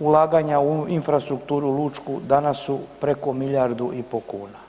ulaganja u infrastrukturu lučku danas su preko milijardu i po' kuna.